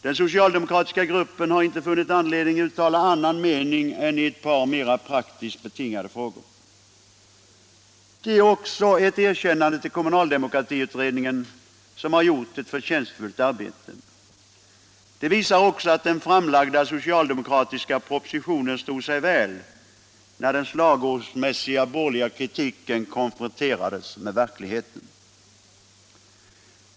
Den socialdemokratiska gruppen har funnit anledning uttala annan mening bara i ett par mera praktiskt betingade frågor. Det är ett erkännande till kommunaldemokratiutredningen, som har gjort ett förtjänstfullt arbete. Det visar också att den framlagda socialdemokratiska propositionen stod sig väl när den slagordsmässiga borgerliga kritiken konfronterades med verkligheten.